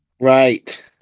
Right